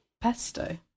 pesto